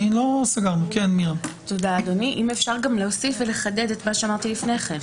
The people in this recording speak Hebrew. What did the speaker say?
אם אפשר גם להוסיף ולחדד את מה שאמרתי לפני כן.